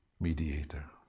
mediator